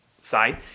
side